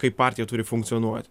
kaip partija turi funkcionuot